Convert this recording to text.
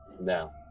No